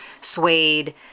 suede